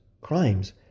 crimes